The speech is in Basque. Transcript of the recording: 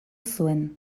zuen